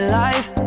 life